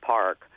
Park